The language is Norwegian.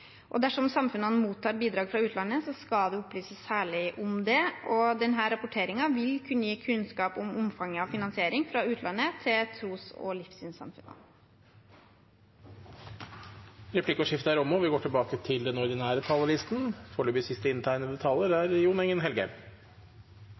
Og dersom samfunnene mottar bidrag fra utlandet, skal det opplyses særlig om det. Denne rapporteringen vil kunne gi kunnskap om omfanget av finansiering fra utlandet til tros- og livssynssamfunn. Replikkordskiftet er omme.